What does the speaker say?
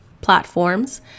platforms